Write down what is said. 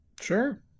Sure